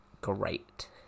great